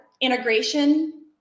integration